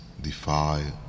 defy